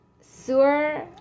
sewer